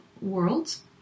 worlds